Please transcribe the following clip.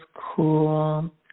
cool